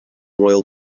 royal